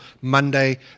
Monday